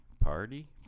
Party